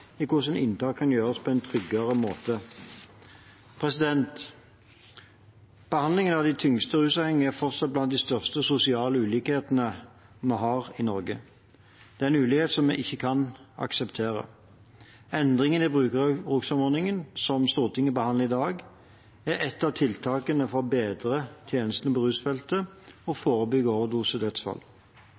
i hvordan inntak kan gjøres på en tryggere måte. Behandlingen av de tyngste rusavhengige er fortsatt blant de største sosiale ulikhetene vi har i Norge. Det er en ulikhet som vi ikke kan akseptere. Endringene i brukerromsordningen som Stortinget behandler i dag, er ett av tiltakene for å bedre tjenestene på rusfeltet og forebygge